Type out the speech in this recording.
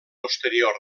posterior